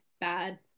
bad